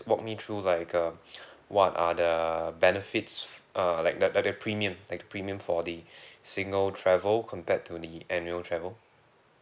walk me through like uh what are the benefits uh like the the the premium like the premium for the single travel compared to the annual travel